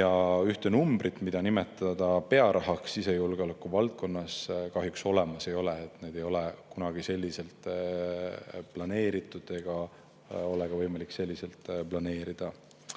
Ja [mingit] numbrit, mida nimetada pearahaks, sisejulgeoleku valdkonnas kahjuks olemas ei ole. Seda ei ole kunagi selliselt planeeritud ega ole ka võimalik planeerida.